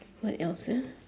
what else ah